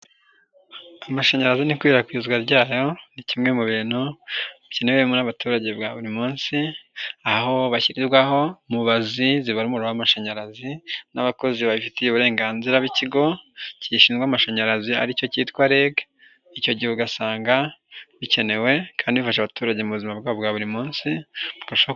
Amashanyarazi n'ikwirakwizwa ryayo ni kimwe mu bintu bikenewe n'abaturage ba buri munsi aho bashyirirwaho mubazi zibara umuriro w'amashanyarazi n'abakozi babifitiye uburenganzira bikigo gishinzwe amashanyarazi aricyo cyitwa ReG, icyo gihe ugasanga bikenewe kandi bifasha abaturage mu buzima bwabo bwa buri munsi bubafasha.